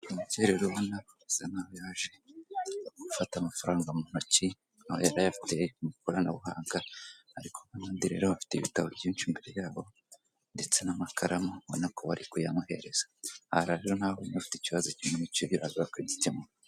Umuntu wabukereye urabona ko bisa nkaho yaje gufata amafaranga mu ntoki aho yarayafite mu ikoranabuhanga ariko abandi rero bafite ibitabo byinshi imbere yabo ndetse n'amakaramu ubona ko bari kuyamuhereza, ararira nta muntu ufite ikibazo uraza bakagikemura.